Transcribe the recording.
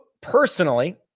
personally